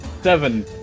Seven